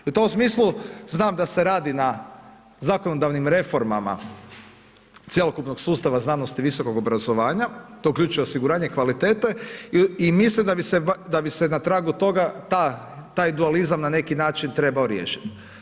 I u tom smislu znam da se radi o zakonodavnim reformama cjelokupnog sustava znanosti i visokog obrazovanja, to uključuje osiguranje kvalitete i mislim da bi se na tragu toga taj dualizam na neki način trebao riješiti.